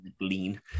lean